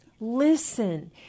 Listen